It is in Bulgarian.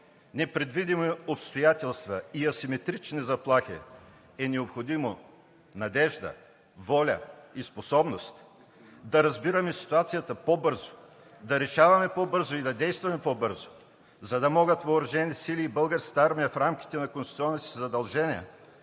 непредвидени обстоятелства и асиметрични заплахи е необходимо надежда, воля и способност да разбираме ситуацията по-бързо, да решаваме по-бързо и да действаме по-бързо, за да могат въоръжените сили и Българската армия в рамките на конституционните си задължения